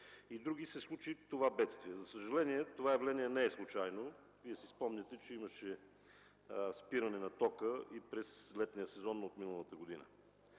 и други, се случи това бедствие. За съжаление това явление не е случайно – Вие си спомняте, че имаше спиране на тока и през летния сезон на миналата година.